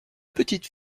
petites